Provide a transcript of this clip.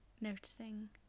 noticing